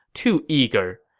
too eager.